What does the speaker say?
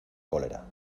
cólera